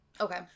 Okay